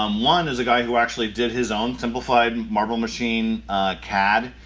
um one is a guy who actually did his own simplified marble machine cad.